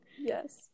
Yes